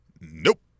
nope